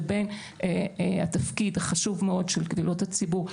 שבין התפקיד החשוב מאוד של קבילות הציבור,